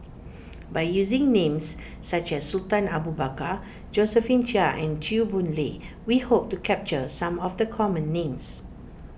by using names such as Sultan Abu Bakar Josephine Chia and Chew Boon Lay we hope to capture some of the common names